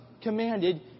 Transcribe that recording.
commanded